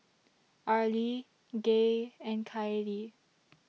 Arlie Gaye and Kylie